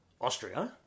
Austria